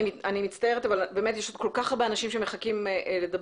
אני מצטערת אבל יש כל כך הרבה אנשים שמחכים לדבר.